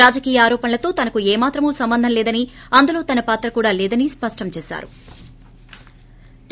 రాజకీయ ఆరోపణలతో తనకు ఏమాత్రం సంబంధం లేదని అందులో తన పాత్ర కూడా లేదని స్పష్టం చేశారు